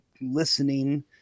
listening